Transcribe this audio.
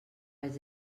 vaig